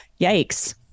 yikes